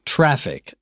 Traffic